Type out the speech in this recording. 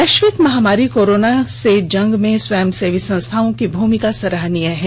वैष्विक महामारी कोरोना से जंग में स्वयंसेवी संस्थाओं की भूमिका भी सराहनीय है